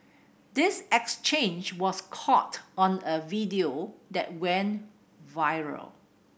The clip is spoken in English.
this exchange was caught on a video that went viral